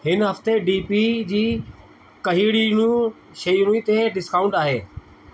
हिन हफ़्ते डी पी जी कहिड़ियुनि शयुनि ते डिस्काउंट आहे